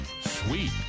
sweet